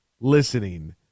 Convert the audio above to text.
listening